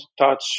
touch